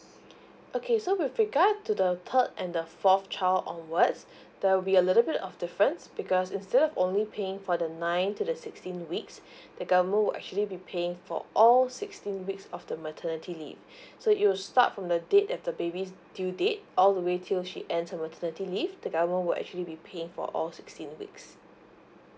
okay so with regard to the third and the fourth child onwards there will be a little bit of difference because instead of only paying for the nine to the sixteen weeks the government will actually be paying for all sixteen weeks of the maternity leave so it will start from the date as the baby's due date all the way till she ends her maternity leave the government will actually be paying for all sixteen weeks